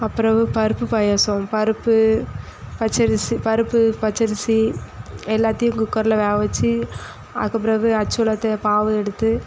பிறகு பருப்பு பாயாசம் பருப்பு பச்சரிசி பருப்பு பச்சரிசி எல்லாத்தையும் குக்கரில் வேக வச்சு அதுக்குப் பிறகு அச்சு வெல்லத்தை பாகு எடுத்து